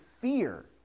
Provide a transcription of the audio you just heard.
fear